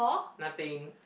nothing